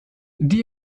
die